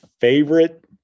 favorite